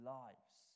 lives